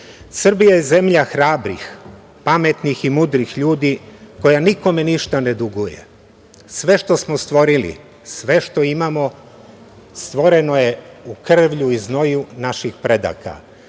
je zemlja hrabrih, pametnih i mudrih ljudi koja nikome ništa ne duguje. Sve što smo stvorili, sve što imamo, stvoreno je u krvlju i znoju naših predaka